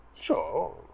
Sure